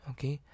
Okay